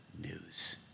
news